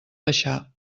baixar